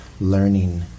learning